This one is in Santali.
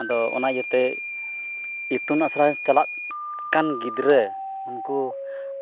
ᱟᱫᱚ ᱚᱱᱟ ᱤᱭᱟᱹᱛᱮ ᱤᱛᱩᱱ ᱟᱥᱲᱟ ᱪᱟᱞᱟᱜ ᱠᱟᱱ ᱜᱤᱫᱽᱨᱟᱹ ᱩᱱᱠᱩ